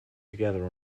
together